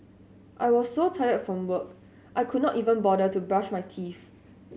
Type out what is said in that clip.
I was so tired from work I could not even bother to brush my teeth